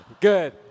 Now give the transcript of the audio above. Good